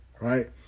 right